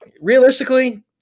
Realistically